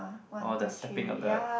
or the stepping under ah